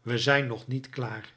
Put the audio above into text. we zijn nog niet klaar